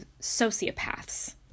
sociopaths